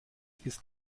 ist